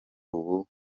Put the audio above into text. ubu